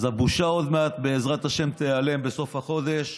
אז הבושה עוד מעט, בעזרת השם, תיעלם בסוף החודש,